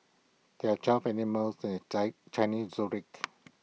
there are twelve animals in the Chinese Zodiac